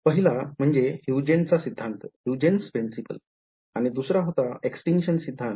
पहिला हुयजन सिद्धांत Huygen's Principle आणि दुसरा होता एक्सटीनकॅशन सिद्धांत